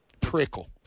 Prickle